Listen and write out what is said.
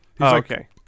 okay